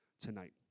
tonight